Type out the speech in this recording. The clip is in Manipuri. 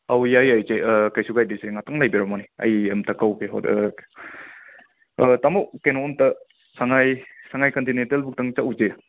ꯑꯧ ꯌꯥꯏ ꯌꯥꯏ ꯆꯦ ꯀꯩꯁꯨ ꯀꯥꯏꯗꯦ ꯆꯦ ꯉꯥꯛꯇꯪ ꯂꯩꯕꯤꯔꯝꯃꯣꯅꯦ ꯑꯩ ꯑꯃꯇ ꯀꯧꯒꯦ ꯑꯥ ꯇꯥꯃꯣ ꯀꯩꯅꯣ ꯑꯃꯇ ꯁꯉꯥꯏ ꯁꯉꯥꯏ ꯀꯟꯇꯤꯅꯦꯟꯇꯦꯜ ꯐꯥꯎꯇꯪ ꯆꯠꯂꯨꯁꯦ